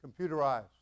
computerized